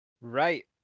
Right